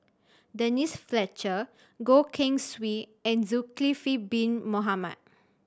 Denise Fletcher Goh Keng Swee and Zulkifli Bin Mohamed